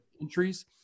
entries